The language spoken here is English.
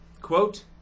quote